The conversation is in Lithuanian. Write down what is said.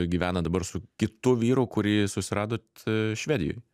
gyvenat dabar su kitu vyru kurį susiradot švedijoj